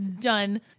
done